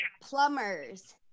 plumbers